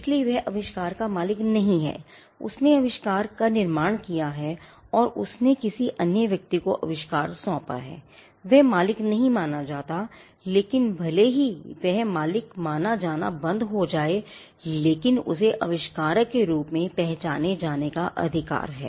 इसलिए वह आविष्कार का मालिक नहीं है उसने आविष्कार का निर्माण किया है और उसने किसी अन्य व्यक्ति को आविष्कार सौंपा है वह मालिक नहीं माना जाता है लेकिन भले ही यह मालिक माना जाना बंद हो जाए लेकिन उसे आविष्कारक के रूप में पहचाने जाने का अधिकार है